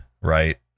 Right